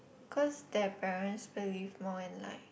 cause their parents believe more in like